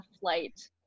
flight